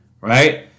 right